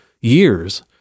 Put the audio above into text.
years